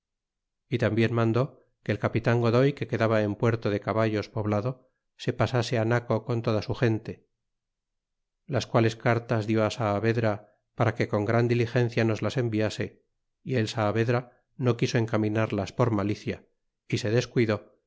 y tambien mandó que el capitan godoy que quedaba en puerto de caballos poblado se pasase naco con toda su gente las quales cartas dió á saavedra para que con gran diligencia nos las enviase y el saavedra no quiso encaminarlas por malicia y se descuidó